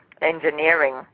engineering